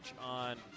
on